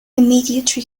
immediate